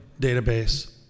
database